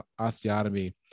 osteotomy